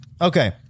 okay